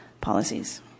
policies